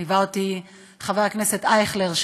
ליווה אותי חבר הכנסת אייכלר,